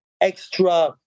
extra